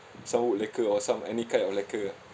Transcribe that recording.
some wood lacquer or some any kind of lacquer ah